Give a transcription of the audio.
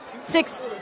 six